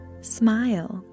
smile